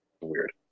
weird